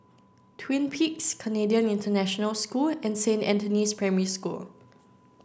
Twin Peaks Canadian International School and Saint Anthony's Primary School